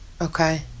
Okay